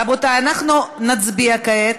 רבותי, אנחנו נצביע כעת